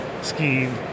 skiing